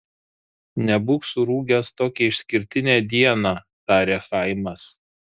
nebūk surūgęs tokią išskirtinę dieną tarė chaimas